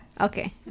okay